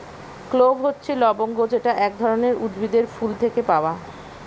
clove হচ্ছে লবঙ্গ যেটা এক ধরনের উদ্ভিদের ফুল থেকে পাওয়া